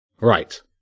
Right